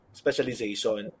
specialization